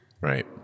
Right